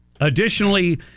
Additionally